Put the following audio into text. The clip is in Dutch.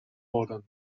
worden